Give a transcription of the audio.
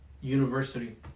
University